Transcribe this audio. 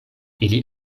ili